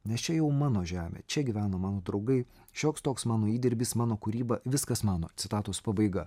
nes čia jau mano žemė čia gyveno mano draugai šioks toks mano įdirbis mano kūryba viskas mano citatos pabaiga